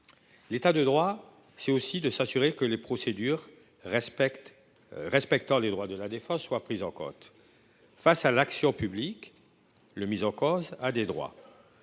L’État de droit impose aussi de s’assurer que les procédures respectant les droits de la défense soient prises en compte. Face à l’action publique, le mis en cause a des droits.